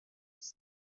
است